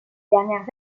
dernières